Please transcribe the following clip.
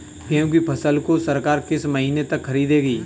गेहूँ की फसल को सरकार किस महीने तक खरीदेगी?